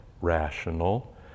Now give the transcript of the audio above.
rational